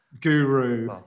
Guru